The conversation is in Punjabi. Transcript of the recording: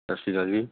ਸਤਿ ਸ਼੍ਰੀ ਅਕਾਲ ਜੀ